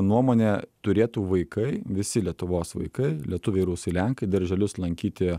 nuomone turėtų vaikai visi lietuvos vaikai lietuviai rusai lenkai darželius lankyti